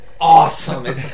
awesome